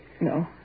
No